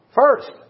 first